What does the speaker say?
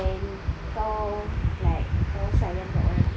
when kau like kau sayang kan orang tu